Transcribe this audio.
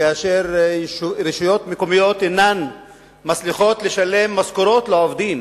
כאשר רשויות מקומיות אינן מצליחות לשלם משכורות לעובדים